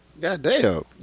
Goddamn